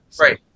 Right